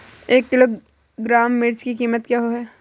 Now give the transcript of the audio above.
एक किलोग्राम मिर्च की कीमत क्या है?